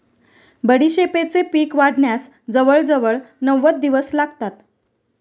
बडीशेपेचे पीक वाढण्यास जवळजवळ नव्वद दिवस लागतात